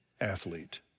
athlete